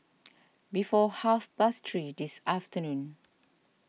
before half past three this afternoon